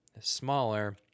smaller